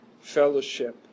fellowship